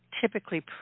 typically